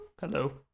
hello